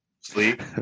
Sleep